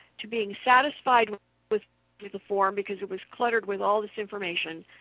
to being satisfied with with the form because it was cluttered with all this information,